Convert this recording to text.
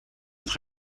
het